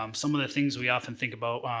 um some of the things we often think about,